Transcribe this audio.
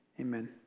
amen